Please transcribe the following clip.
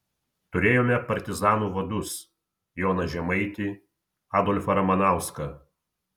turėjome partizanų vadus joną žemaitį adolfą ramanauską